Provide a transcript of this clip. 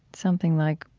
something like,